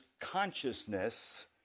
consciousness